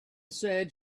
said